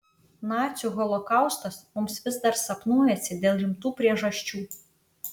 nacių holokaustas mums vis dar sapnuojasi dėl rimtų priežasčių